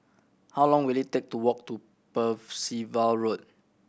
how long will it take to walk to Percival Road